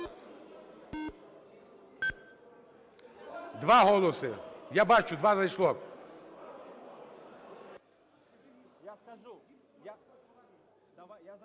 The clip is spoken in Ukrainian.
Два голоси. Я бачу, два зайшло.